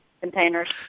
containers